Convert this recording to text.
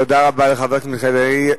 תודה רבה לחבר הכנסת מיכאל בן-ארי.